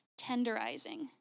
tenderizing